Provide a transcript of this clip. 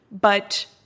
but-